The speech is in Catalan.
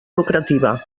lucrativa